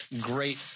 great